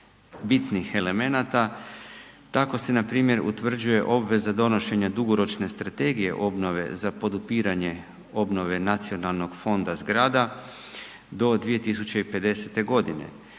bitnih elemenata. Tako se npr. utvrđuje obveza donošenja dugoročne Strategije obnove za podupiranje obnove nacionalnog fonda zgrada do 2050. godine.